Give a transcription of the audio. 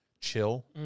chill